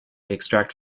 extract